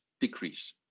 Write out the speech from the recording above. decrease